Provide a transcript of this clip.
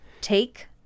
take